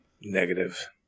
Negative